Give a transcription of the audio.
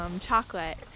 chocolate